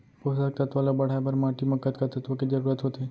पोसक तत्व ला बढ़ाये बर माटी म कतका तत्व के जरूरत होथे?